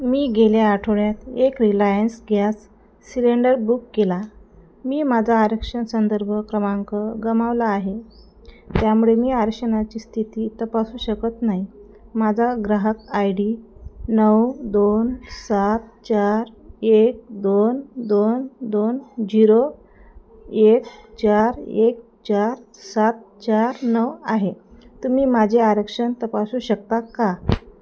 मी गेल्या आठवड्यात एक रिलायन्स गॅस सिलेंडर बुक केला मी माझा आरक्षण संदर्भ क्रमांक गमावला आहे त्यामुळे मी आरक्षणाची स्थिती तपासू शकत नाही माझा ग्राहक आय डी नऊ दोन सात चार एक दोन दोन दोन झिरो एक चार एक चार सात चार नऊ आहे तुम्ही माझे आरक्षण तपासू शकता का